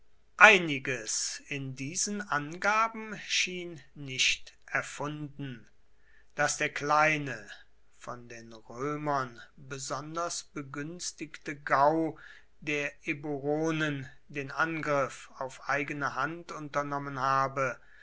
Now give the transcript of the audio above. einiges in diesen angaben schien nicht erfunden daß der kleine von den römern besonders begünstigte gau der eburonen den angriff auf eigene hand unternommen habe